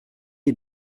est